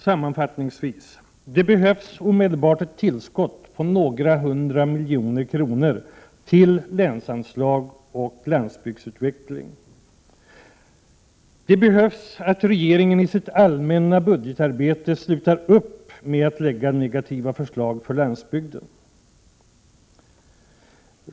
Sammanfattningsvis, fru talman: — Det behövs omedelbart ett tillskott på några hundra miljoner kronor till länsanslag och landsbygdsutveckling. — Regeringen måste i sitt allmänna budgetarbete sluta upp med att lägga fram för landsbygden negativa förslag.